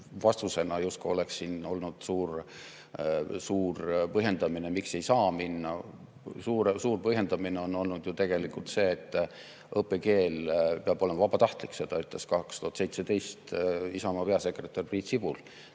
– justkui oleks siin olnud suur põhjendamine –, miks ei saa minna. Suur põhjendamine on olnud ju tegelikult see, et õppekeel peab olema vabatahtlik. Seda ütles 2017 Isamaa peasekretär Priit Sibul.